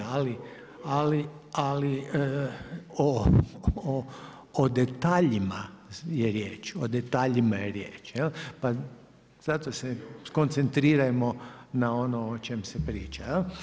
Ali o detaljima je riječ, o detaljima je riječ, pa zato se skoncentrirajmo na ono o čem se priča.